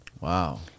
Wow